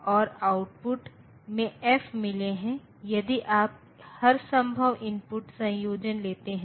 तो 1's complement प्रतिनिधित्व में हम एक ऋणात्मक संख्या का प्रतिनिधित्व करने के लिए प्रत्येक बिट का पूरक लेते हैं